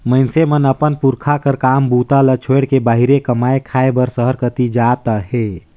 मइनसे मन अपन पुरखा कर काम बूता ल छोएड़ के बाहिरे कमाए खाए बर सहर कती जात अहे